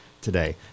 today